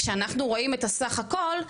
כשאנחנו רואים את הסך הכל,